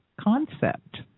concept